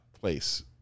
place